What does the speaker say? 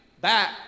back